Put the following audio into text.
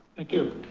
thank you.